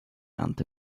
ernte